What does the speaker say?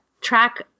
track